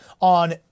on